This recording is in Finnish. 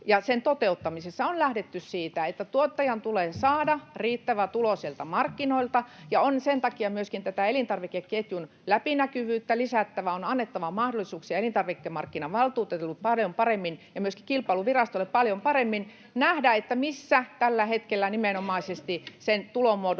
sen toteuttamisessa on lähdetty siitä, että tuottajan tulee saada riittävä tulo markkinoilta ja on sen takia myöskin elintarvikeketjun läpinäkyvyyttä lisättävä, on annettava paljon paremmin mahdollisuuksia elintarvikemarkkinavaltuutetulle ja myöskin Kilpailuvirastolle nähdä, missä tällä hetkellä nimenomaisesti sen tulonmuodostus